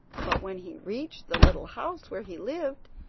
but when he reached the little house where he lived,